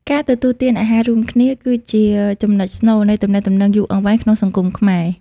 ការទទួលទានអាហាររួមគ្នា គឺជា «ចំណុចស្នូល» នៃទំនាក់ទំនងយូរអង្វែងក្នុងសង្គមខ្មែរ។